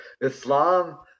Islam